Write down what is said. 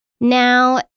Now